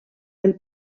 del